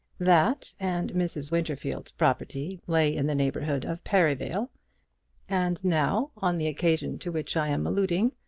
that and mrs. winterfield's property lay in the neighbourhood of perivale and now, on the occasion to which i am alluding,